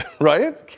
right